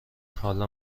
حالا